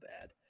bad